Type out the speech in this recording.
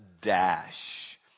Dash